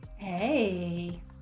Hey